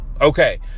Okay